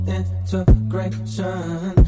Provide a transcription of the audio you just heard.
integration